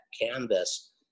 canvas